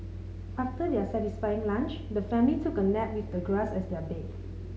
after their satisfying lunch the family took a nap with the grass as their bed